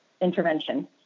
intervention